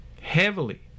heavily